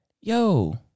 Yo